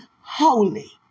Holy